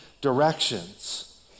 directions